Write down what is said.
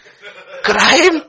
Crime